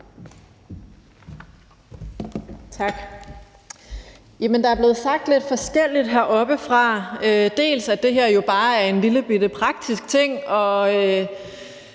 Tak.